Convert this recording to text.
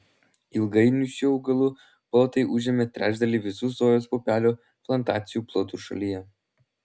ilgainiui šių augalų plotai užėmė trečdalį visų sojos pupelių plantacijų plotų šalyje